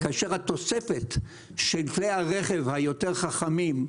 כאשר התוספת של כלי הרכב היותר חכמים,